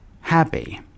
happy